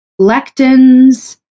lectins